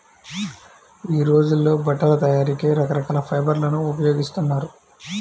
యీ రోజుల్లో బట్టల తయారీకి రకరకాల ఫైబర్లను ఉపయోగిస్తున్నారు